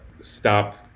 stop